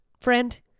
friend